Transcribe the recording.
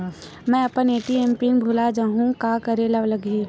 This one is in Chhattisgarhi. मैं अपन ए.टी.एम पिन भुला जहु का करे ला लगही?